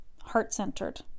heart-centered